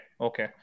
Okay